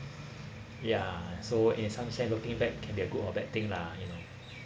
ya so in some sense looking back can be a good or bad thing lah you know